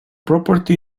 property